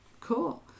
Cool